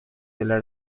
della